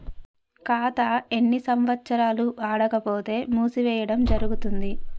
ఖాతా ఎన్ని సంవత్సరాలు వాడకపోతే మూసివేయడం జరుగుతుంది?